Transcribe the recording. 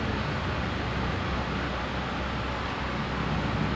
tak [tau] eh like I just habis intern you know